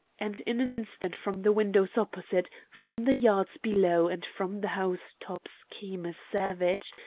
and in an instant from the windows opposite, from the yards below, and from the house-tops came a savage,